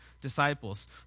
disciples